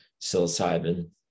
psilocybin